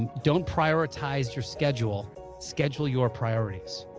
don't prioritize your schedule schedule your priorities